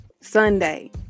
Sunday